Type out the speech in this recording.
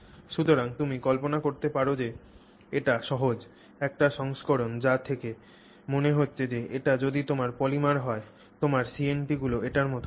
সুতরাং তুমি কল্পনা করতে পার যে এটি সহজ একটি সংস্করণ যা দেখে মনে হচ্ছে এটি যদি তোমার পলিমার হয় তোমার CNT গুলি এটির মতো দেখাবে